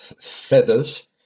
Feathers